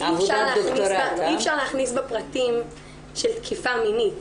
אי אפשר להכניס בה פרטים של תקיפה מינית.